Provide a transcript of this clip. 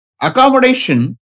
Accommodation